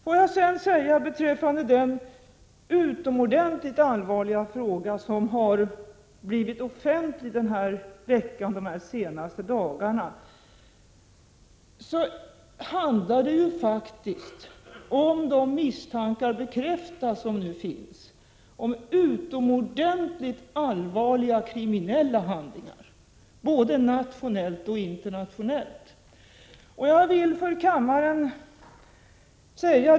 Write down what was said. Låt mig sedan beträffande den allvarliga fråga som har blivit offentlig under de senaste dagarna säga att det faktiskt — om de misstankar som nu finns bekräftas — handlar om utomordentligt allvarliga kriminella handlingar, både nationellt och internationellt.